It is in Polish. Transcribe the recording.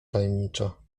tajemniczo